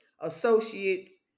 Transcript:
associates